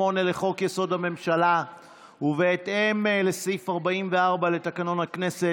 לחוק-יסוד: הממשלה ובהתאם לסעיף 44 לתקנון הכנסת